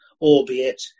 albeit